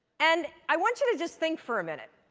and i want you to just think for a minute,